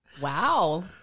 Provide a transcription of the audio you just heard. Wow